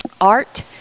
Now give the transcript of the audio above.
art